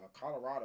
Colorado